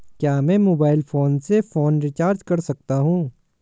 क्या मैं mobile phone से फोन रिचार्ज कर सकता हूं?